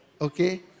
Okay